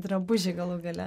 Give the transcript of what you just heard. drabužiai galų gale